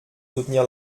soutenir